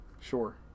Sure